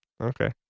okay